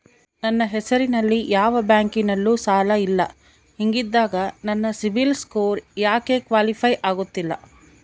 ನನ್ನ ಹೆಸರಲ್ಲಿ ಯಾವ ಬ್ಯಾಂಕಿನಲ್ಲೂ ಸಾಲ ಇಲ್ಲ ಹಿಂಗಿದ್ದಾಗ ನನ್ನ ಸಿಬಿಲ್ ಸ್ಕೋರ್ ಯಾಕೆ ಕ್ವಾಲಿಫೈ ಆಗುತ್ತಿಲ್ಲ?